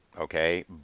Okay